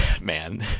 man